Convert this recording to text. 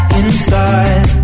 inside